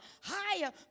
higher